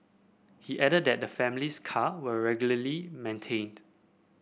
he added that the family's car were regularly maintained